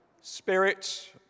spirit